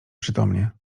przytomnie